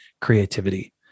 creativity